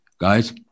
Guys